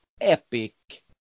epic